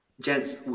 Gents